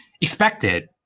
expected